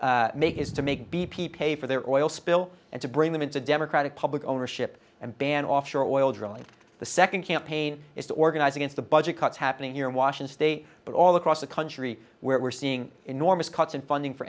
the make is to make b p pay for their oil spill and to bring them into democratic public ownership and ban offshore oil drilling the second campaign is to organize against the budget cuts happening here in washington state but all across the country where we're seeing enormous cuts in funding for